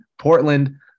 Portland